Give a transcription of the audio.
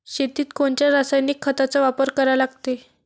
शेतीत कोनच्या रासायनिक खताचा वापर करा लागते?